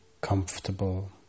comfortable